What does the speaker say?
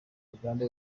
uganda